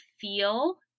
feel